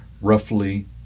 roughly